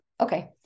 Okay